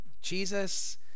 Jesus